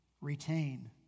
retain